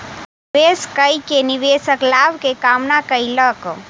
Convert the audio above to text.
निवेश कय के निवेशक लाभ के कामना कयलक